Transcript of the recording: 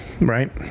right